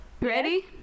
ready